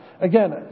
Again